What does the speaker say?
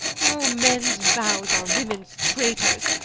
o, men's vows are women's traitors!